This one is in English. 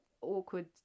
awkward